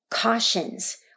cautions